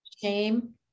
shame